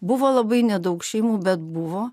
buvo labai nedaug šeimų bet buvo